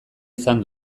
izan